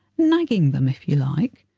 nagging them, if you like.